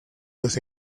los